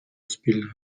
спільного